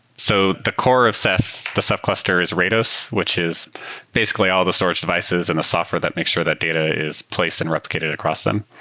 so the core of ceph, the sub-cluster is rados, which is basically all the storage devices and the software that makes sure that data is placed and replicated across them.